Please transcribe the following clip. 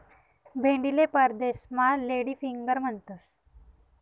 भेंडीले परदेसमा lady finger म्हणतंस